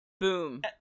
Boom